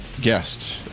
guest